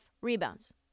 rebounds